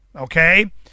okay